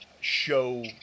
show